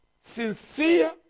Sincere